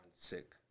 sick